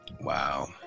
Wow